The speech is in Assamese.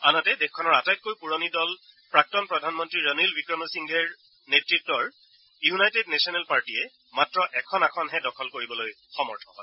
আনহাতে দেশখনৰ আটাইতকৈ পুৰণি দল প্ৰাক্তন প্ৰধানমন্ত্ৰী ৰনিল ৱিক্ৰেমসিনহে নেতৃত্বৰ ইউনাইটেড নেচনেল পাৰ্টিয়ে মাত্ৰ এখন আসনহে দখল কৰিবলৈ সমৰ্থ হয়